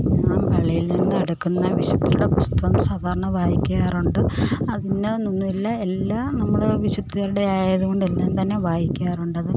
ഞാന് പള്ളിയിൽ നിന്നെടുക്കുന്ന വിശുദ്ധരുടെ പുസ്തകം സാധാരണ വെയ്ക്കാറുണ്ട് അതിന്നതെന്നൊന്നുമില്ല എല്ലാം നമ്മൾ വിശുദ്ധരുടെ ആയതു കൊണ്ട് എല്ലാം തന്നെ വായിയ്ക്കാറുണ്ടത്